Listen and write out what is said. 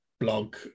blog